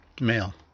male